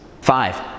Five